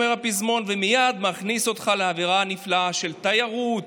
אומר הפזמון ומייד מכניס אותך לאווירה הנפלאה של תיירות,